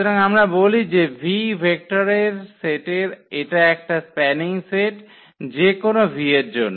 সুতরাং আমরা বলি যে V ভেক্টরের সেটের এটা একটা স্প্যানিং সেট যেকোনো v এর জন্য